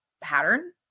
pattern